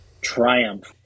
triumph